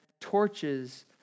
torches